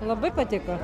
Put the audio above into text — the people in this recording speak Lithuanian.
labai patiko